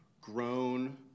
grown